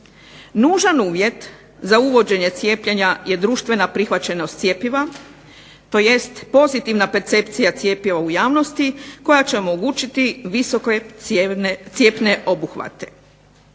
Nužan uvjet za uvođenje cijepljenja je društvena prihvaćenost cjepiva tj. pozitivna percepcija cjepiva u javnosti koja će omogućiti visoke cjepne obuhvate.